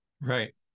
Right